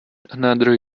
another